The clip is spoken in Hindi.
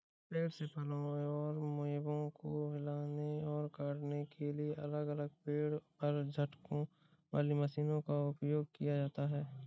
पेड़ से फलों और मेवों को हिलाने और काटने के लिए अलग अलग पेड़ पर झटकों वाली मशीनों का उपयोग किया जाता है